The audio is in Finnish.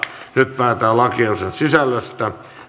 nyt päätetään lakiehdotusten sisällöstä